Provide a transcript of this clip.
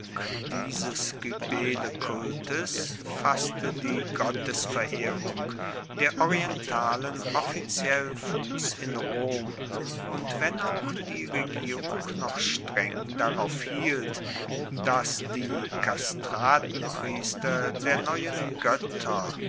dieses kybelekultes fusste die gottesverehrung der orientalen offiziell fuss in rom und wenn auch die regierung noch streng darauf hielt dass die kastratenpriester der neuen goetter